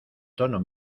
tono